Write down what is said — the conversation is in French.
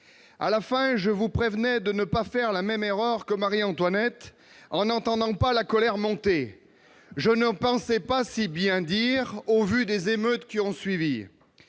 terminer, je vous enjoignais de ne pas faire la même erreur que Marie-Antoinette, en n'entendant pas la colère monter. Je ne pensais pas si bien dire, au vu des émeutes qui ont suivi